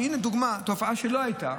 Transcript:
הינה דוגמה לתופעה שלא הייתה.